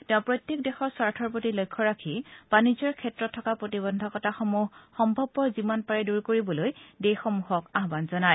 তেওঁ প্ৰত্যেক দেশৰ স্বাৰ্থৰ প্ৰতি লক্ষ্য ৰাখি বানিজ্যৰ ক্ষেত্ৰত থকা প্ৰতিবন্ধকতাসমূহ সম্ভৱপৰ যিমান পাৰে দূৰ কৰিবলৈ আহান জনায়